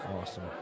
Awesome